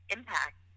Impact